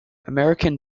american